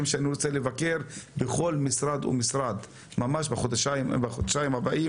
לבוא לבקר בכול משרד ומשרד בחודשיים הבאים